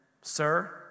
Sir